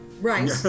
Right